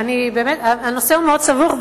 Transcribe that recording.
הנושא הוא מאוד סבוך,